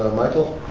ah michael?